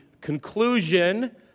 conclusion